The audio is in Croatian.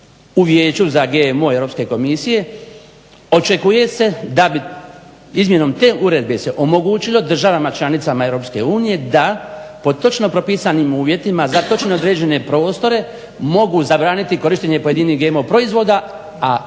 u Vijeću za GMO Europske komisije, očekuje se da bi izmjenom te uredbe se omogućilo državama članicama EU da po točno propisanim uvjetima, za točno određene prostore mogu zabraniti korištenje pojedinih GMO proizvoda, a